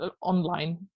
online